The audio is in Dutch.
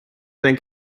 denk